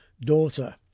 Daughter